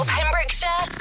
Pembrokeshire